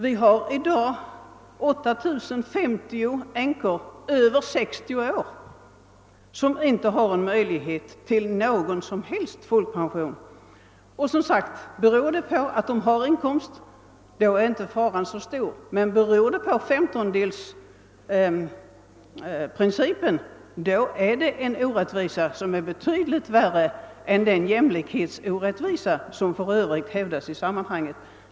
Vi har i dag 8 050 änkor över 60 år som inte har möjlighet till någon som helst folkpension. Beror detta på att de har inkomst är inte faran så stor, men beror det på »femtondelsprincipen» är det en orättvisa som avgjort överträffar den jämlikhetsorättvisa som annars påtalas i sammanhanget.